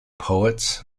poets